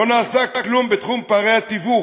לא נעשה כלום בתחום פערי התיווך,